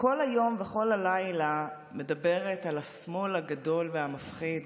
כל היום וכל הלילה מדברת על השמאל הגדול והמפחיד.